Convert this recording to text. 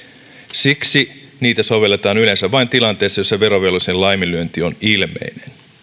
siksi niitä sovelletaan yleensä vain tilanteissa joissa verovelvollisen laiminlyönti on ilmeinen